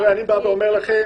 אני בא ואומר לכם,